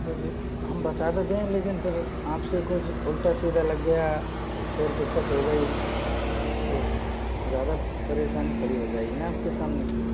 हम बता तो दें लेकिन फिर आपसे कुछ उल्टा सीधा लग गया फिर दिक्कत हो गयी तो ज़्यादा परेशानी खड़ी हो जाएगी न आपके सामने